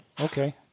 Okay